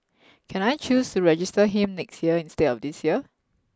can I choose to register him next year instead of this year